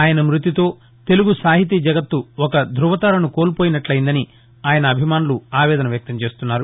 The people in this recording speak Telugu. ఆయన మృతితో తెలుగు సాహితీ జగత్తు ఒక ధువ తారను కోల్పోయినట్లయిందని ఆయన అభిమానులు ఆవేదన వ్యక్తం చేస్తున్నారు